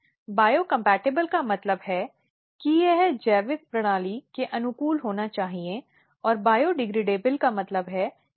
पहली बार जब वे बयान दे रहे हैं तो उनके बयान लिए जाने चाहिए क्योंकि वे समिति के सामने रखने का इरादा रखते हैं